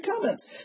comments